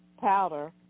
powder